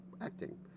acting